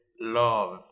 love